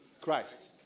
Christ